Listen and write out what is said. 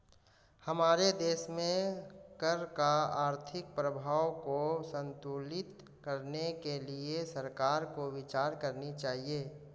हमारे देश में कर का आर्थिक प्रभाव को संतुलित करने के लिए सरकार को विचार करनी चाहिए